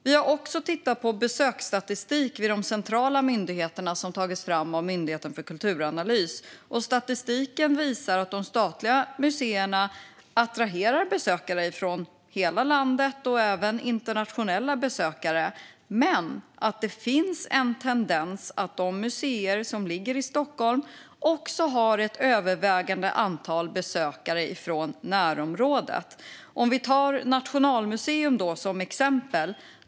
Vi har också tittat på besöksstatistik vid de centrala myndigheterna som har tagits fram av Myndigheten för kulturanalys. Statistiken visar att de statliga museerna attraherar besökare från hela landet och även internationella besökare men att det finns en tendens att de museer som ligger i Stockholm också har ett övervägande antal besökare från närområdet. Låt mig ta Nationalmuseum som exempel.